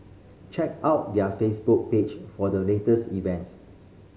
check out their Facebook page for the latest events